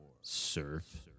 surf